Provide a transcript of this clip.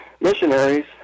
missionaries